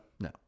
no